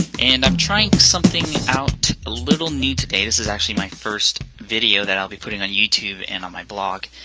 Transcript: and i'm trying something out a little new today, this is actually my first video that i'll be putting on youtube and on my blog,